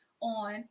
on